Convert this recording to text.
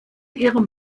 ihrem